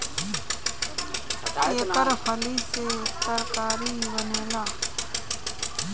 एकर फली से तरकारी बनेला